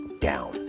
down